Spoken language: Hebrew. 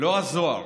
לא הזוהר,